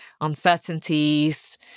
uncertainties